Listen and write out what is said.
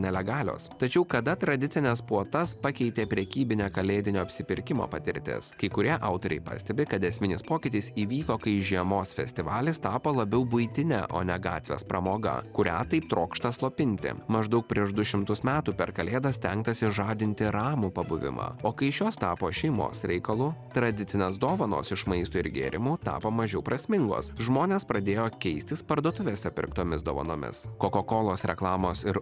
nelegalios tačiau kada tradicines puotas pakeitė prekybinė kalėdinio apsipirkimo patirtis kai kurie autoriai pastebi kad esminis pokytis įvyko kai žiemos festivalis tapa labiau buitine o ne gatvės pramoga kurią taip trokšta slopinti maždaug prieš du šimtus metų per kalėdas stengtasi žadinti ramų pabuvimą o kai šios tapo šeimos reikalu tradicinės dovanos iš maisto ir gėrimų tapo mažiau prasmingos žmonės pradėjo keistis parduotuvėse pirktomis dovanomis kokakolos reklamos ir